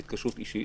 זאת התקשרות אישית